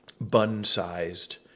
bun-sized